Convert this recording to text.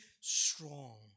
strong